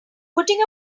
putting